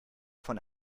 von